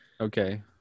okay